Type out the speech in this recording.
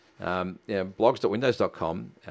Blogs.windows.com